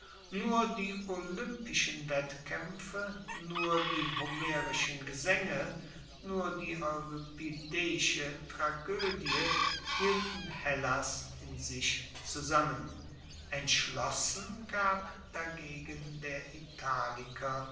nur die olympischen wettkaempfe nur die homerischen gesaenge nur die euripideische tragoedie hielten hellas in sich zusammen entschlossen gab dagegen der italiker